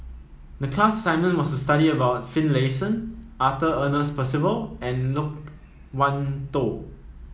the class assignment was study of a Finlayson Arthur Ernest Percival and Loke Wan Tho